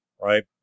right